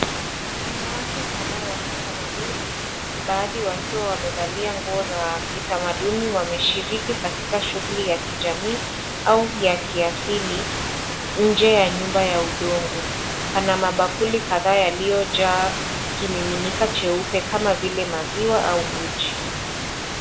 Wanawake kadhaa wakitamadhuni, baadhi wakiwa wamevalia nguo za kitamadhuni wameshiriki katika shughuli ya jamii, au ya kiasili nje ya nyumba ya udongo, pana mabakuri yaliyo jaa kimiminika jeupe kama vile maziwa au uji.